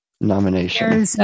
nomination